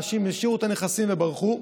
אנשים השאירו את הנכסים וברחו,